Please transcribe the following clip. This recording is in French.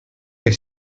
est